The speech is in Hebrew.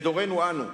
בדורנו אנו,